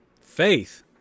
Faith